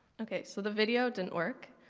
ok. so the video didn't work.